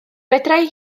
fedrai